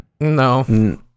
No